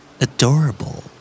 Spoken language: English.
Adorable